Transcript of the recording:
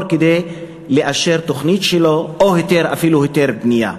כדי לאשר תוכנית שלו או אפילו היתר בנייה.